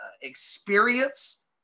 experience